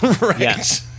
Right